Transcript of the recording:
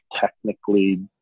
technically